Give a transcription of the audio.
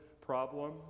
problem